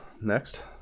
Next